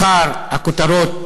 מחר הכותרות